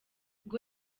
bwo